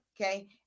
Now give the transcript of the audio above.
okay